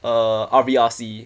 uh R_V_R_C